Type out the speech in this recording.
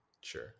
Sure